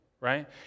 right